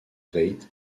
veit